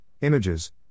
images